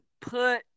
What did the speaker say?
put